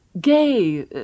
gay